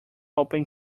open